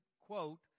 quote